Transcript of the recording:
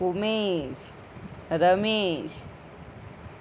Umesh Ramesh